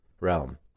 realm